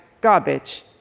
garbage